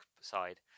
side